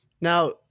Now